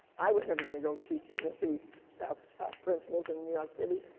i was never gonna go teach in a city's principles in new york city,